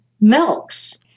Milks